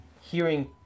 hearing